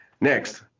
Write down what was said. Next